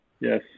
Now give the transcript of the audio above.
Yes